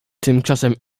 tymczasem